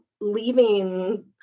leaving